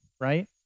right